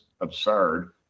absurd